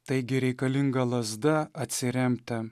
taigi reikalinga lazda atsiremti